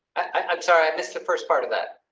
i'm sorry, i missed the first, part of that.